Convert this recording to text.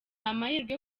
amahirwe